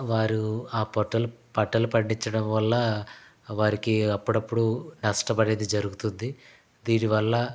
వారు ఆ పంటలు పంటలు పండించడం వల్ల వారికి అప్పుడప్పుడు నష్టం అనేది జరుగుతుంది దీని వల్ల